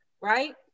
right